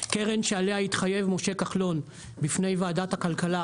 קרן שעליה התחייב משה כחלון בפני ועדת הכלכלה,